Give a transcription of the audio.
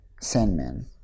Sandman